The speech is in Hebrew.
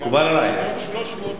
מיליון ו-300,